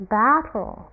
battle